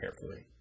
carefully